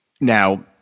Now